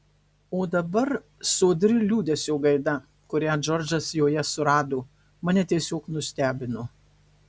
o dabar sodri liūdesio gaida kurią džordžas joje surado mane tiesiog nustebino